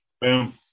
Boom